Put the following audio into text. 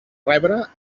rebre